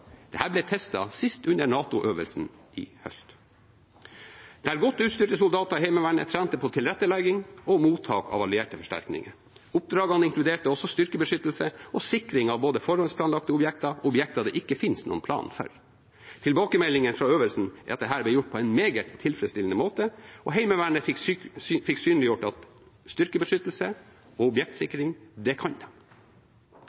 årene. Her gjelder oppdatering av planverk, tilførsel av materiell, kompetanseheving av personell samt trening og øving. Heimevernet har de siste fem årene hatt generelt god status på øving i forhold til kravene. Dette ble sist testet under NATO-øvelsen i høst, der godt utstyrte soldater i Heimevernet trente på tilrettelegging og mottak av allierte forsterkninger. Oppdragene inkluderte også styrkebeskyttelse og sikring av både forhåndsplanlagte objekter og objekter det ikke finnes noen plan for. Tilbakemeldingen fra øvelsen er